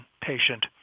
patient